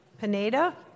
Pineda